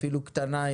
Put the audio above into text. אפילו קטנה,